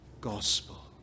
gospel